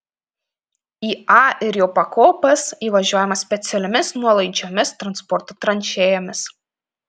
į a ir jo pakopas įvažiuojama specialiomis nuolaidžiomis transporto tranšėjomis